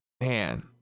Man